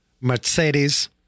Mercedes